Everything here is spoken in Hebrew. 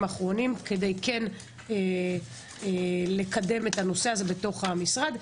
האחרונים כדי לקדם את הנושא הזה בתוך המשרד,